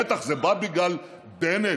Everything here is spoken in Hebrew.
בגללך?